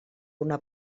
una